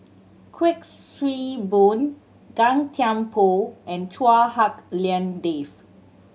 Kuik Swee Boon Gan Thiam Poh and Chua Hak Lien Dave